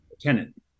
tenant